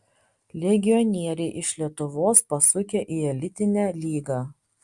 legionieriai iš lietuvos pasukę į elitinę lygą